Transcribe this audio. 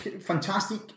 fantastic